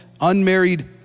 unmarried